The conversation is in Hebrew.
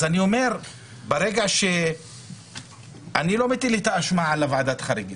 אני אומר שאני לא מטיל את האשמה על ועדת החריגים,